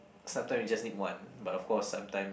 sometimes you just need one but of course sometimes